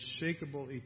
unshakable